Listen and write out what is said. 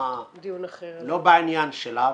לא בעניין שלה,